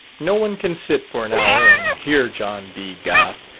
no one can sit for an hour and hear john. b. gough,